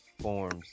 Forms